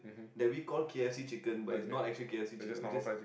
that we call k_f_c chicken but it's not actually k_f_c chicken we just